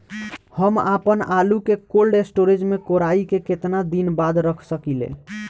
हम आपनआलू के कोल्ड स्टोरेज में कोराई के केतना दिन बाद रख साकिले?